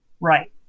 Right